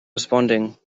responding